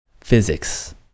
physics